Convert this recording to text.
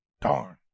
Darn